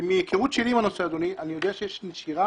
מהכרות שלי עם הנושא אדוני, אני יודע שיש נשירה.